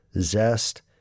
zest